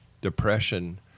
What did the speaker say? depression